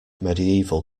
medieval